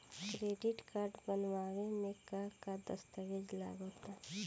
Credit card बनवावे म का का दस्तावेज लगा ता?